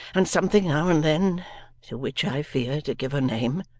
and something now and then to which i fear to give a name